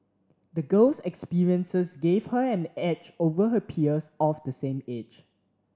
the girl's experiences gave her an edge over her peers of the same age